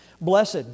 Blessed